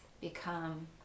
become